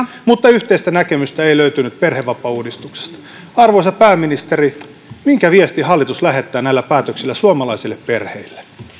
mutta yhteistä näkemystä ei löytynyt perhevapaauudistuksesta arvoisa pääministeri minkä viestin hallitus lähettää näillä päätöksillä suomalaisille perheille